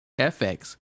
FX